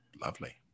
lovely